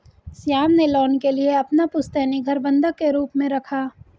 श्याम ने लोन के लिए अपना पुश्तैनी घर बंधक के रूप में रखा